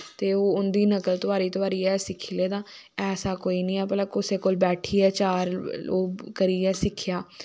ते उन्दी नकल तोआरी तोआरियै सिक्खी लेदा ऐसा कोई नी भला कुसै कोल बैठियै चार ओह् करियै सिक्खेआ